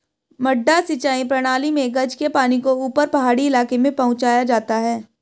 मडडा सिंचाई प्रणाली मे गज के पानी को ऊपर पहाड़ी इलाके में पहुंचाया जाता है